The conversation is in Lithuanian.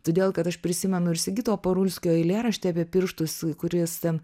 todėl kad aš prisimenu ir sigito parulskio eilėraštį apie pirštus kuris ten